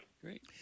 Great